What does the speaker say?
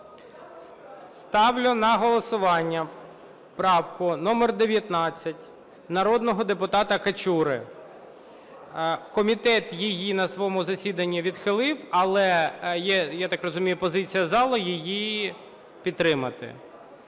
Ставлю на голосування правку номер 19 народного депутата Качури. Комітет її на своєму засіданні відхилив, але є, я так розумію, позиція залу її підтримати.